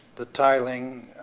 the tiling